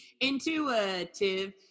intuitive